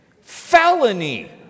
Felony